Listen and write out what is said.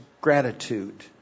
gratitude